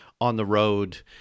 on-the-road